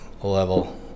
level